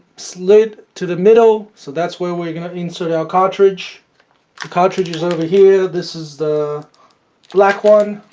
slid to the middle so that's where we're going to insert our cartridge the cartridge is over here this is the black one